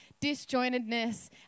disjointedness